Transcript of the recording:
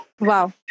Wow